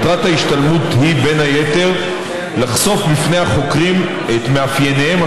מטרת ההשתלמות היא בין היתר לחשוף בפני החוקרים את מאפייניהם